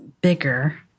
bigger